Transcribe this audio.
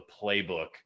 playbook